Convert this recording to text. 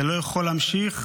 זה לא יכול להמשיך,